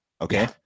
Okay